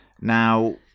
Now